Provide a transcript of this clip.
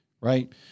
right